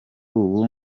ubu